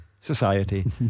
society